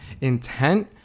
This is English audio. intent